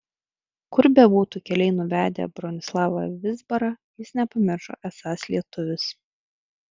kur bebūtų keliai nuvedę bronislavą vizbarą jis nepamiršo esąs lietuvis